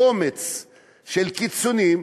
קומץ של קיצונים,